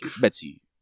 Betsy